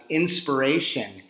inspiration